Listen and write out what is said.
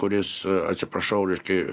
kuris atsiprašau reiškia